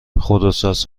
خودروساز